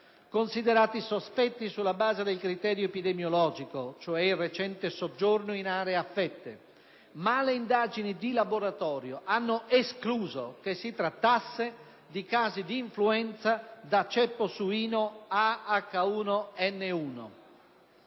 considerati sospetti sulla base del criterio epidemiologico (recente soggiorno in aree affette), ma le indagini di laboratorio hanno escluso che si trattasse di casi di influenza da ceppo suino A/H1N1.